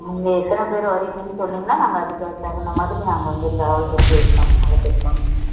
நீங்கள் எத்தனை பேர் வரிங்கன்னு சொன்னிங்கன்னா நாங்கள் அதுக்கு தகுந்த மாதிரி நாங்கள் வந்து ட்ராவல்ஸ் வந்து இது பண்ணுவோம் அலகெட் பண்ணுவோம்